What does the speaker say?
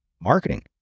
marketing